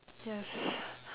yes